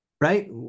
Right